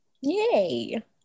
Yay